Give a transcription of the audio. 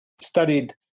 studied